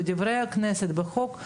בדברי הכנסת לחוק,